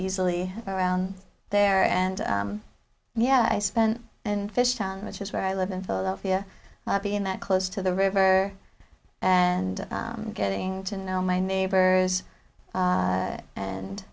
easily around there and yeah i spent and fishtown which is where i live in philadelphia being that close to the river and getting to know my neighbors